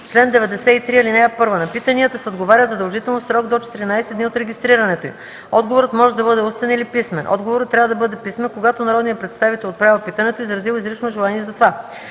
„Чл. 93. (1) На питанията се отговаря задължително в срок до 14 дни от регистрирането им. Отговорът може да бъде устен или писмен. Отговорът трябва да бъде писмен, когато народният представител, отправил питането, е изразил изрично желание за това.